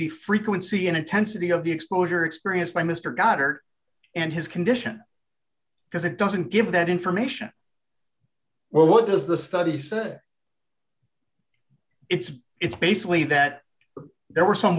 de frequency and intensity of the exposure experienced by mr goddard and his condition because it doesn't give that information well what does the study said it's it's basically that there were some